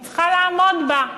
היא צריכה לעמוד בה,